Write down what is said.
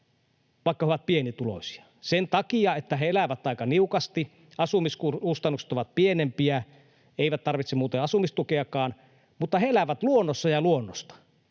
vaikka he ovat pienituloisia. Sen takia, että he elävät aika niukasti, asumiskustannukset ovat pienempiä — he eivät tarvitse muuten asumistukeakaan — mutta he elävät luonnossa ja luonnosta.